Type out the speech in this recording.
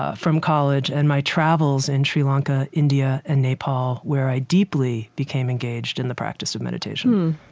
ah from college and my travels in sri lanka, india, and nepal, where i deeply became engaged in the practice of meditation.